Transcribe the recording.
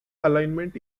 alignment